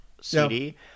CD